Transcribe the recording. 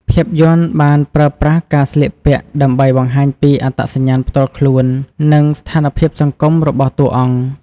ភាពយន្តបានប្រើប្រាស់ការស្លៀកពាក់ដើម្បីបង្ហាញពី អត្តសញ្ញាណផ្ទាល់ខ្លួន និងស្ថានភាពសង្គម របស់តួអង្គ។